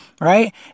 Right